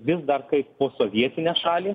vis dar kaip posovietinę šalį